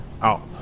Out